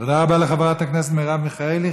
תודה רבה לחברת הכנסת מרב מיכאלי.